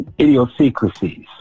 idiosyncrasies